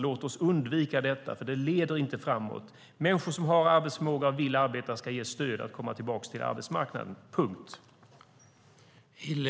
Låt oss undvika detta eftersom det inte leder framåt. Människor som har arbetsförmåga och vill arbeta ska ges stöd att komma tillbaka till arbetsmarknaden - punkt!